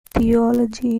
theology